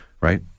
right